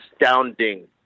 astounding